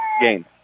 game